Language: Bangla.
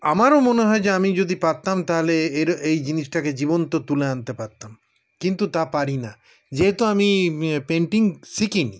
আমারও মনে হয় যে আমি যদি পারতাম তাহলে এর এই জিনিসটাকে জীবন্ত তুলে আনতে পারতাম কিন্তু তা পারিনা যেহেতু আমি পেইন্টিং শিখিনি